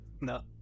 no